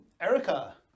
Erica